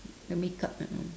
the makeup that one